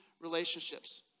relationships